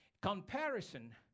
Comparison